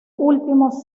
últimos